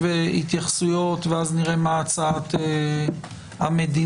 התייחסויות ואז נראה מה הצעת המדינה.